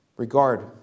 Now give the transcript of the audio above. Regard